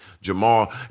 Jamal